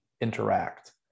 interact